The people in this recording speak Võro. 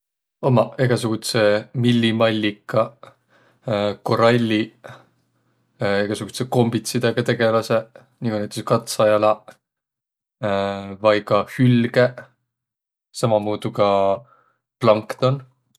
Ommaq egäsugudsõq millimallikaq, koralliq, egäsugudsõq kombitsidõga tegeläseq, nigu näütüses katsajalaq, vai ka hülgeq, sammamuudu ka plankton.